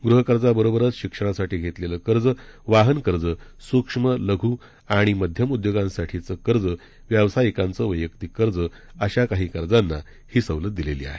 गृह कर्जाबरोबरच शिक्षणासाठी घेतलेलं कर्ज वाहन कर्ज सुक्ष्म लघु आणि मध्यम उद्योगांसाठीचं कर्ज व्यावसायिकांचं वैयक्तिक कर्ज अशा काही कर्जांना ही सवलत देण्यात आली आहे